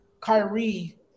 Kyrie